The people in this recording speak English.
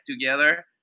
together